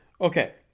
Okay